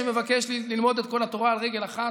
שמבקש ללמוד את כל התורה על רגל אחת.